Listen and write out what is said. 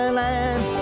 land